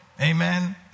amen